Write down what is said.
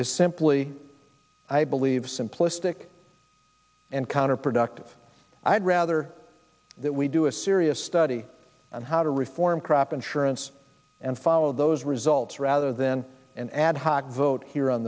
is simply i believe simplistic and counterproductive i'd rather that we do a serious study on how to reform crop insurance and follow those results rather than an ad hoc vote here on